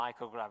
microgravity